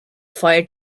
fire